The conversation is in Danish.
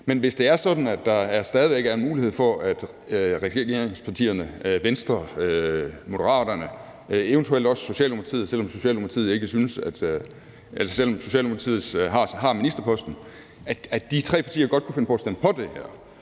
Men hvis det er sådan, at der stadig væk er en mulighed for, at regeringspartierne Venstre, Moderaterne og eventuelt også Socialdemokratiet, selv om Socialdemokratiet har ministerposten, godt kunne finde på at stemme for det her,